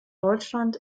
deutschland